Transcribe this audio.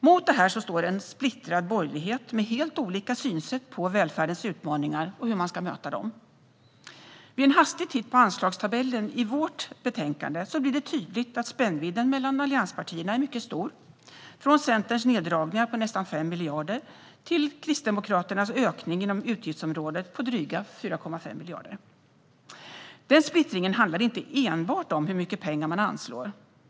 Mot detta står en splittrad borgerlighet, där man har helt olika synsätt när det gäller välfärdens utmaningar och hur man ska möta dem. Vid en hastig titt på anslagstabellen i vårt betänkande blir det tydligt att spännvidden mellan allianspartierna är mycket stor, från Centerns neddragningar på nästan 5 miljarder till Kristdemokraternas ökning inom utgiftsområdet på drygt 4,5 miljarder. Denna splittring handlar inte enbart om hur mycket pengar man anslår.